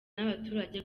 n’abaturage